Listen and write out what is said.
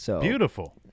Beautiful